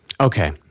Okay